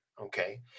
Okay